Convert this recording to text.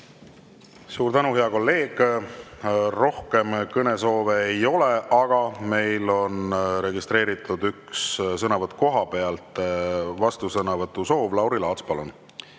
Suur tänu, hea kolleeg! Rohkem kõnesoove ei ole, aga meil on registreeritud üks sõnavõtt kohapealt, vastusõnavõtu soov. Lauri Laats, palun!